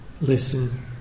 Listen